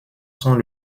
sont